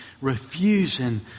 refusing